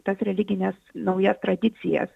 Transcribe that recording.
tas religines naujas tradicijas